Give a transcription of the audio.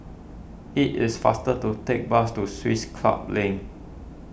it is faster to take bus to Swiss Club Link